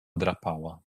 drapała